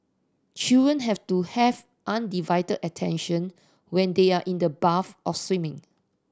children have to have undivided attention when they are in the bath or swimming